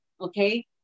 okay